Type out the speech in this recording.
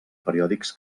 periòdics